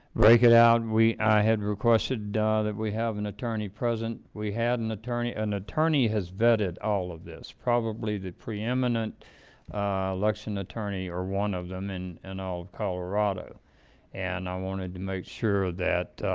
break it out. we i had requested that we have an attorney present we had an attorney an attorney has vetted all of this probably the preeminent lexington attorney or one of them in in all colorado and i wanted to make sure that